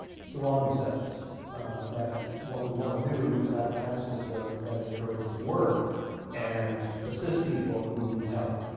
strong incentives that what we want to do is have a tax system that encourages work and assist people who need help.